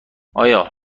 آیا